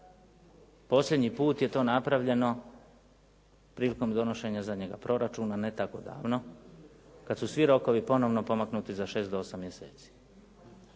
Posljednji put je to napravljeno prilikom donošenja zadnjega proračuna ne tako davno kad su svi rokovi ponovno pomaknuti za šest